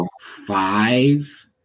Five